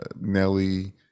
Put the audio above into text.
Nelly